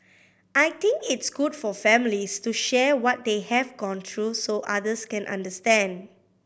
I think it's good for families to share what they have gone through so others can understand